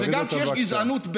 גם כשיש גזענות בדת